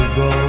go